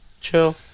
Chill